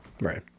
Right